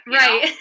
right